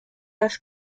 das